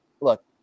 Look